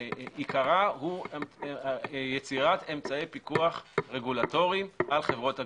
עיקרה הוא יצירת אמצעי פיקוח רגולטוריים על חברות הגבייה.